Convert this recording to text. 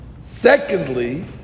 Secondly